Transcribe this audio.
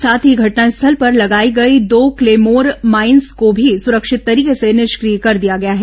साथ ही घटनास्थल पर लगाई गई दो क्लेमोर माईंस को भी सुरक्षित तरीके से निष्क्रिय कर दिया गया है